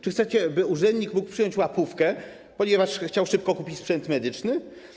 Czy chcecie, by urzędnik mógł przyjąć łapówkę, ponieważ chciał szybko kupić sprzęt medyczny?